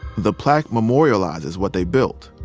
the plaque memorializes what they built.